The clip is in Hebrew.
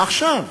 עכשיו